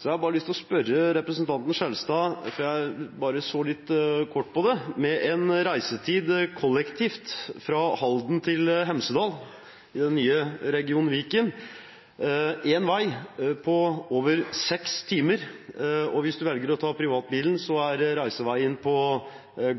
så bare litt kort på følgende: Reisetiden kollektivt fra Halden til Hemsedal i den nye region Viken vil én vei være på over seks timer. Hvis man velger å ta privatbilen, er reisetiden på